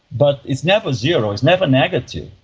but it's never zero, it's never negative.